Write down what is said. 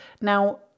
Now